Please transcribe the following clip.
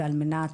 וכל מנת,